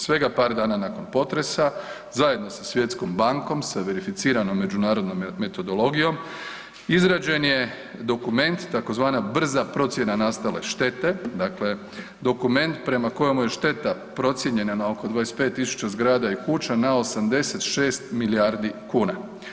Svega par dana nakon potresa zajedno sa Svjetskom bankom sa verificiranom međunarodnom metodologijom izrađen je dokument tzv. brza procjena nastale štete, dakle dokument prema kojemu je šteta procijenjena na oko 25.000 zgrada i kuća na 86 milijardi kuna.